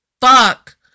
Fuck